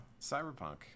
cyberpunk